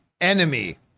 enemy